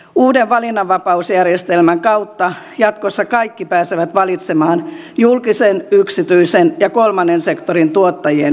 uuden valinnanvapausjärjestelmän kautta jatkossa kaikki pääsevät valitsemaan julkisen yksityisen ja kolmannen sektorin tuottajien välillä